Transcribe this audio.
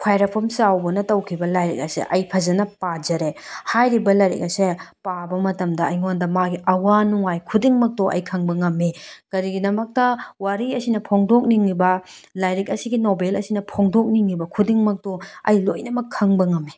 ꯈ꯭ꯋꯥꯏꯔꯥꯛꯄꯝ ꯆꯥꯎꯕꯅ ꯇꯧꯈꯤꯕ ꯂꯥꯏꯔꯤꯛ ꯑꯁꯦ ꯑꯩ ꯐꯖꯅ ꯄꯥꯖꯔꯦ ꯍꯥꯏꯔꯤꯕ ꯂꯥꯏꯔꯤꯛ ꯑꯁꯦ ꯄꯥꯕ ꯃꯇꯝꯗ ꯑꯩꯉꯣꯟꯗ ꯃꯥꯒꯤ ꯑꯋꯥ ꯅꯨꯡꯉꯥꯏ ꯈꯨꯗꯤꯡꯃꯛꯇꯣ ꯑꯩ ꯈꯪꯕ ꯉꯝꯃꯤ ꯀꯔꯤꯒꯤꯗꯃꯛꯇ ꯋꯥꯔꯤ ꯑꯁꯤꯅ ꯐꯣꯡꯗꯣꯛꯅꯤꯡꯉꯤꯕ ꯂꯥꯏꯔꯤꯛ ꯑꯁꯤꯒꯤ ꯅꯣꯕꯦꯜ ꯑꯁꯤꯅ ꯐꯣꯡꯗꯣꯛꯅꯤꯡꯉꯤꯕ ꯈꯨꯗꯤꯡꯃꯛꯇꯣ ꯑꯩ ꯂꯣꯏꯅꯃꯛ ꯈꯪꯕ ꯉꯝꯃꯤ